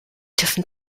dürfen